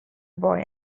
boy